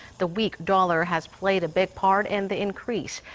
the weak dollar has played a big part in the increase.